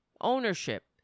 ownership